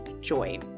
joy